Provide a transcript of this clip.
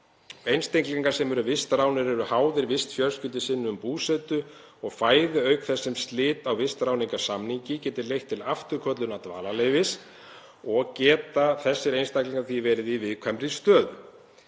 Einstaklingar sem eru vistráðnir eru háðir vistfjölskyldu sinni um búsetu og fæði auk þess sem slit á vistráðningarsamningi geti leitt til afturköllunar dvalarleyfis og geta þessir einstaklingar því verið í viðkvæmri stöðu.